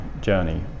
journey